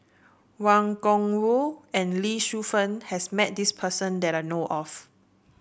Wang Gungwu and Lee Shu Fen has met this person that I know of